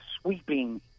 sweeping